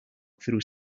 through